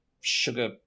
sugar